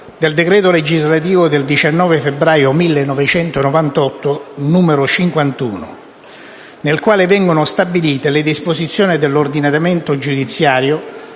del decreto legislativo 19 febbraio 1998, n. 51, in cui vengono stabilite le disposizioni dell'ordinamento giudiziario